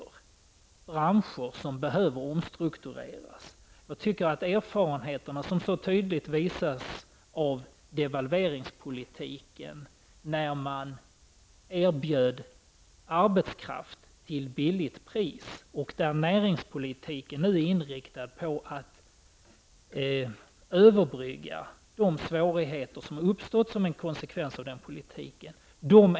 Det är branscher som behöver omstruktureras. Devalveringspolitiken innebar att man erbjöd arbetskraft till lågt pris, men näringspolitiken är nu inriktad på att överbrygga de svårigheter som uppstått som en konsekvens av denna politik.